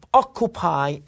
occupy